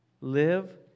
Live